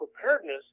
preparedness